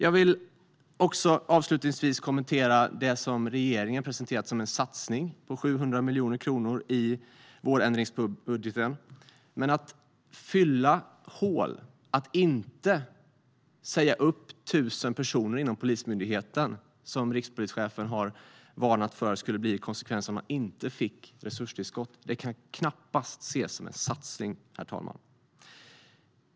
Avslutningsvis vill jag kommentera det som regeringen presenterat som en satsning med 700 miljoner kronor i vårändringsbudgeten. Men att inte säga upp 1 000 personer inom Polismyndigheten, som rikspolischefen har varnat för skulle bli konsekvensen om man inte fick resurstillskott, kan knappast ses som en satsning, herr talman.